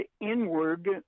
inward